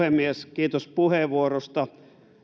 kiitos puheenvuorosta